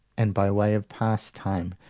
and by way of pastime,